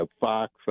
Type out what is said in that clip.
fox